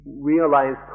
realize